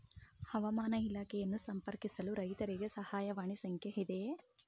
ಹವಾಮಾನ ಇಲಾಖೆಯನ್ನು ಸಂಪರ್ಕಿಸಲು ರೈತರಿಗೆ ಸಹಾಯವಾಣಿ ಸಂಖ್ಯೆ ಇದೆಯೇ?